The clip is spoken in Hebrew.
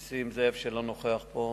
נסים זאב, שלא נוכח פה,